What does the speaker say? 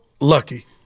Lucky